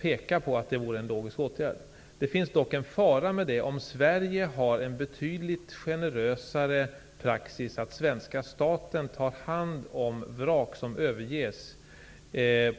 peka på att det vore en logisk åtgärd. Det finns dock en fara med om Sverige skulle ha en betydligt generösare praxis, att svenska staten, på statens bekostnad, tar hand om vrak som överges.